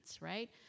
right